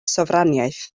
sofraniaeth